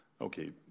okay